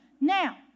Now